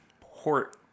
port